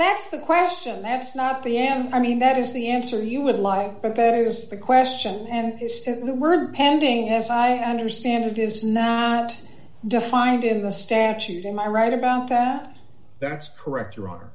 that's the question that's not the end i mean that is the answer you would like but that is the question and the word pending as i understand it is not defined in the statute am i right about that that's correct or